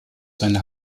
seine